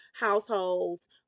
households